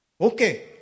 Okay